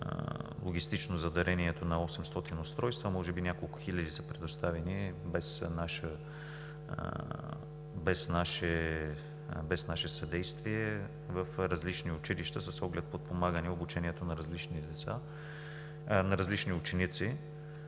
логистично за дарението на 800 устройства. Може би няколко хиляди са предоставени без наше съдействие в различни училища с оглед подпомагане обучението на различни ученици.